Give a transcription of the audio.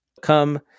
Come